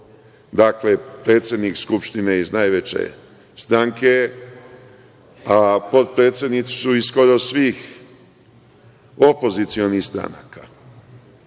Dakle, predsednik Skupštine je iz najveće stranke, a potpredsednici su iz skoro svih opozicionih stranaka,